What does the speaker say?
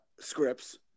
scripts